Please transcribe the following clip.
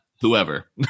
whoever